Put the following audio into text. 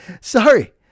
Sorry